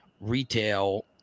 retail